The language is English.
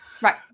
Right